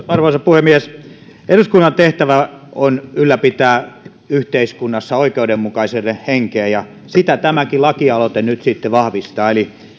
arvoisa puhemies eduskunnan tehtävä on ylläpitää yhteiskunnassa oikeudenmukaisuuden henkeä ja sitä tämäkin lakialoite nyt sitten vahvistaa eli